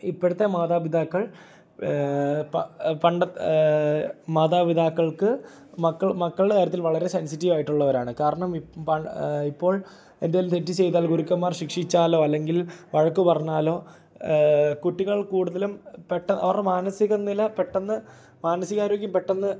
ഇപ്പൊഴത്തെ മാതാപിതാക്കൾ പണ്ടത്തെ മാതാപിതാക്കൾക്ക് മക്കൾ മക്കളുടെ കാര്യത്തിൽ വളരെ സെൻസിറ്റീവായിട്ടുള്ളവർ ആണ് കാരണം ഇപ്പം പണ്ട് ഇപ്പോൾ എന്തേലും തെറ്റ് ചെയ്താൽ ഗുരുക്കന്മാർ ശിക്ഷിച്ചാലോ അല്ലെങ്കിൽ വഴക്ക് പറഞ്ഞാലോ കുട്ടികൾ കൂടുതലും പെട്ടന്ന് അവരുടെ മാനസിക നില പെട്ടന്ന് മാനസിക ആരോഗ്യം പെട്ടന്ന്